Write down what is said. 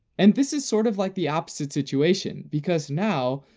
and this is sort of like the opposite situation, because now,